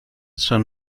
son